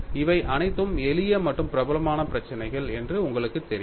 இவை அனைத்தும் எளிய மற்றும் பிரபலமான பிரச்சினைகள் என்று உங்களுக்குத் தெரியும்